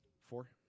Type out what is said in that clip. four